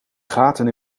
gaten